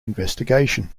investigation